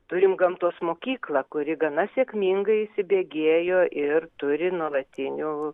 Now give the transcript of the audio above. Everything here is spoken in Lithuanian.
turim gamtos mokyklą kuri gana sėkmingai įsibėgėjo ir turi nuolatinių